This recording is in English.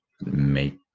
make